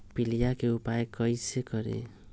पीलिया के उपाय कई से करी?